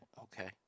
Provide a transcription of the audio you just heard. Okay